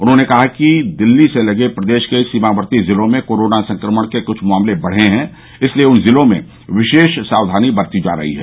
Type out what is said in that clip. उन्होंने कहा कि दिल्ली से लगे प्रदेश के सीमावर्ती ज़िलों में कोरोना संक्रमण के कुछ मामले बढ़े हैं इसलिये उन ज़िलों में विशेष सावधानी बरती जा रही है